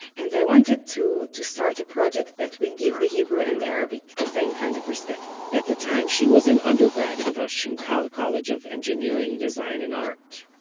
and i wanted to to start a project that will give the hebrew and the arabic the same kind of respect at the time she was an undergrad at the shenkar college of engineering, design and art.